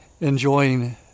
enjoying